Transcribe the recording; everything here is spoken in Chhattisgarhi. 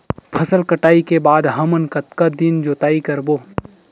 फसल कटाई के बाद हमन कतका दिन जोताई करबो?